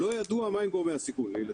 לא ידוע מה הם גורמי הסיכון לילדים.